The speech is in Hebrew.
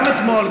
גם אתמול,